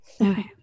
okay